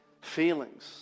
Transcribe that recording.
Feelings